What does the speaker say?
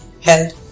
held